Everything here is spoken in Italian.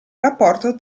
rapporto